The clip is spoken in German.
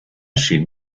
schien